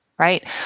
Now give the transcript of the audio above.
right